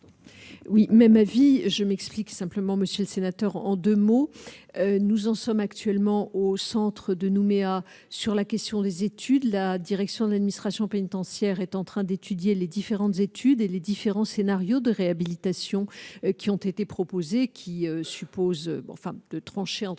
Oui, mais ma vie, je m'explique simplement Monsieur le Sénateur, en 2 mots, nous en sommes actuellement au centre de Nouméa sur la question des études, la direction de l'administration pénitentiaire est en train d'étudier les différentes études et les différents scénarios de réhabilitation qui ont été proposées, qui suppose, bon enfin